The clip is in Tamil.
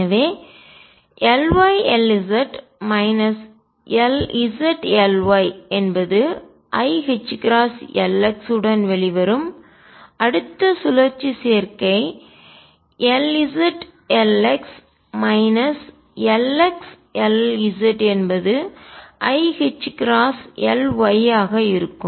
எனவேLy Lz Lz Ly என்பது iℏLx உடன் வெளிவரும் அடுத்த சுழற்சி சேர்க்கை Lz Lx Lx Lz என்பது iℏLy ஆக இருக்கும்